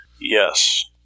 Yes